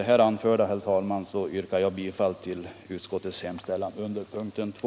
Med det anförda yrkar jag bifall till utskottets hemställan under punkten 2.